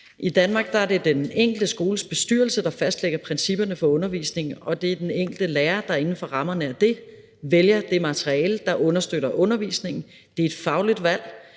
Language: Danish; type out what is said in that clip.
I Danmark er det den enkelte skoles bestyrelse, der fastlægger principperne for undervisningen, og det er den enkelte lærer, der inden for rammerne af det vælger det materiale, der understøtter undervisningen. Det er et fagligt valg,